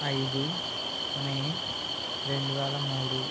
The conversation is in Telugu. ఐదు మే రెండు వేల మూడు